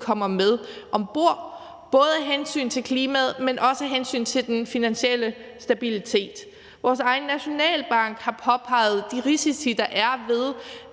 kommer med om bord, både af hensyn til klimaet, men også af hensyn til den finansielle stabilitet. Vores egen nationalbank har påpeget de risici, der er, ved